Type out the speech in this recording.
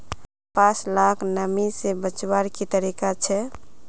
कपास लाक नमी से बचवार की तरीका छे?